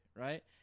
right